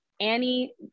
Annie